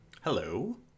Hello